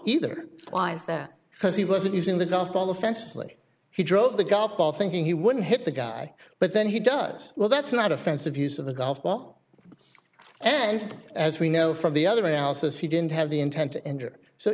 either was that because he wasn't using the golf ball offensively he drove the golf ball thinking he wouldn't hit the guy but then he does well that's not offensive use of a golf ball and as we know from the other houses he didn't have the intent to injure so